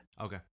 Okay